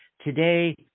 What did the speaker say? Today